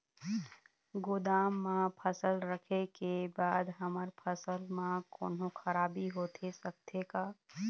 गोदाम मा फसल रखें के बाद हमर फसल मा कोन्हों खराबी होथे सकथे का?